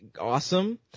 awesome